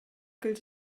gilt